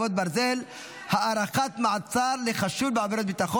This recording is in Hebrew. חוק ------ לפרוטוקול, בעד?